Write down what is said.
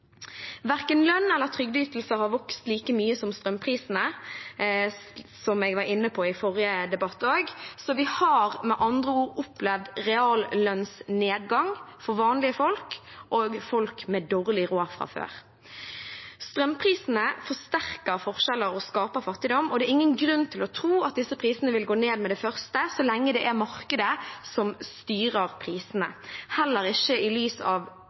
Verken lønn eller trygdeytelser har vokst like mye som strømprisene, som jeg var inne på i forrige debatt også. Vi har med andre ord opplevd reallønnsnedgang for vanlige folk og folk med dårlig råd fra før. Strømprisene forsterker forskjeller og skaper fattigdom, og det er ingen grunn til å tro at disse prisene vil gå ned med det første så lenge det er markedet som styrer prisene, heller ikke i lys av den siste ukens hendelser, energikrisen som potensielt kan komme som følge av